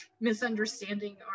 misunderstanding